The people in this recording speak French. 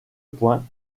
point